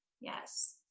yes